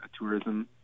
tourism